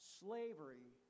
slavery